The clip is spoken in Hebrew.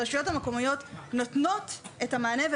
הרשויות המקומיות נותנות את המענה,